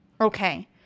okay